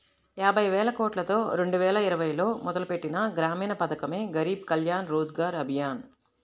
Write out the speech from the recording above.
యాబైవేలకోట్లతో రెండువేల ఇరవైలో మొదలుపెట్టిన గ్రామీణ పథకమే గరీబ్ కళ్యాణ్ రోజ్గర్ అభియాన్